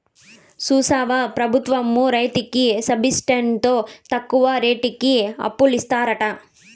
చూస్తివా పెబుత్వాలు రైతులకి సబ్సిడితో తక్కువ రేటుకి అప్పులిత్తారట